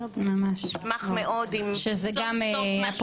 אשמח מאוד אם סוף סוף משהו פה ישתנה.